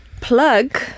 plug